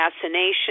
assassination